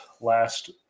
last